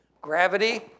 gravity